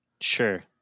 Sure